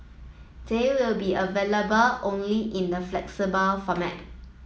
they will be available only in the flexible format